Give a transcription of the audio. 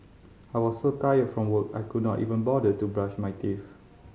I was so tired from work I could not even bother to brush my teeth